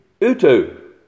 utu